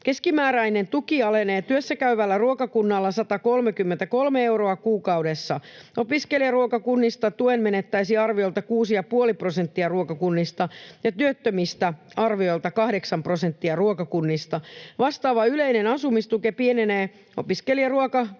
Keskimääräinen tuki alenee työssäkäyvällä ruokakunnalla 133 euroa kuukaudessa. Opiskelijaruokakunnista tuen menettäisi arviolta 6,5 prosenttia ja työttömistä arviolta 8 prosenttia ruokakunnista. Vastaava yleinen asumistuki pienenee opiskelijaruokakunnalla